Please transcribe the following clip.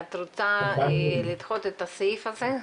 את מציעה כיועצת משפטית לדחות את הסעיף הזה?